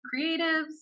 creatives